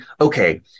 okay